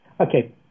Okay